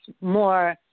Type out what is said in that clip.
more